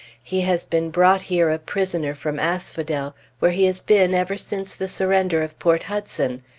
he has been brought here a prisoner, from asphodel, where he has been ever since the surrender of port hudson,